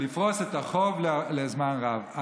לפרוס את החוב לזמן רב.